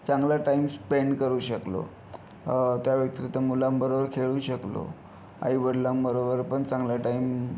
चांगला time spend करू शकलो त्या व्यतिरिक्त मुलांबरोबर खेळू शकलो आई वडिलांबरोबर पण चांगला टाइम